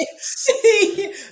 See